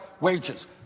wages